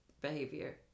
behavior